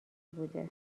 بوده